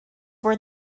were